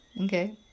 Okay